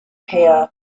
here